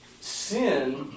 Sin